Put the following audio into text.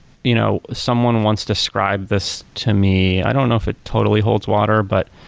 you know someone once described this to me. i don't know if it totally holds water, but